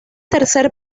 tercer